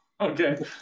Okay